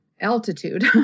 altitude